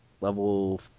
level